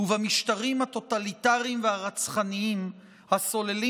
ובמשטרים הטוטליטריים והרצחניים הסוללים